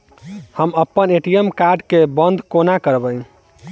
हम अप्पन ATM card केँ बंद कोना करेबै?